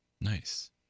Nice